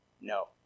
no